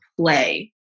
play